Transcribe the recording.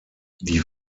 die